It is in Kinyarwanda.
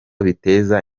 biteza